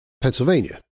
Pennsylvania